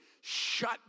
Shut